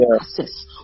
access